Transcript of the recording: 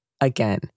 Again